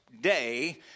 day